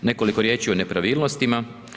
Nekoliko riječi o nepravilnostima.